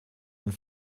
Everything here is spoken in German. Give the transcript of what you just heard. und